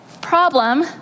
problem